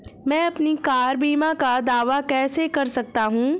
मैं अपनी कार बीमा का दावा कैसे कर सकता हूं?